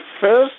first